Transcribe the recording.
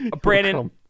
Brandon